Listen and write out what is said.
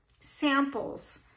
samples